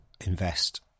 invest